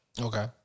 Okay